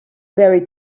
very